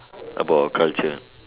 about a culture